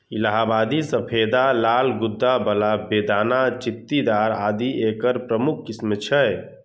इलाहाबादी सफेदा, लाल गूद्दा बला, बेदाना, चित्तीदार आदि एकर प्रमुख किस्म छियै